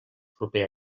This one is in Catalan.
proper